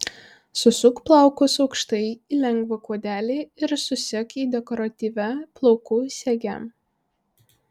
susuk plaukus aukštai į lengvą kuodelį ir susek jį dekoratyvia plaukų sege